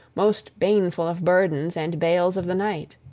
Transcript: most baneful of burdens and bales of the night.